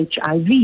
HIV